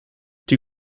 die